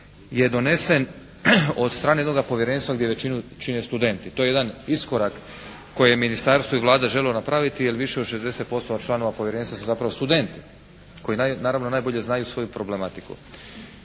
je donesen od strane jednoga povjerenstva gdje većinu čine studenti. To je jedan iskorak koje je ministarstvo i Vlada željelo napraviti, jer više od 60% članova povjerenstva su zapravo studenti koji naravno najbolje znaju svoju problematiku.